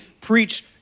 preach